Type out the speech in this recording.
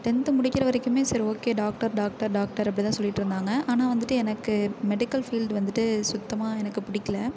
tenth முடிக்கிற வரைக்கும் சரி ஓகே டாக்டர் டாக்டர் டாக்டர் அப்படிதான் சொல்லிட்டு இருந்தாங்க ஆனால் வந்துட்டு எனக்கு மெடிக்கல் ஃபீல்ட் வந்துட்டு சுத்தமாக எனக்கு பிடிக்கல